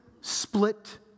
split